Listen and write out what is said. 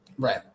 Right